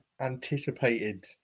anticipated